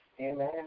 Amen